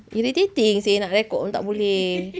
irritating seh nak record pun tak boleh